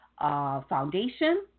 foundation